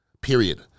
period